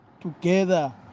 together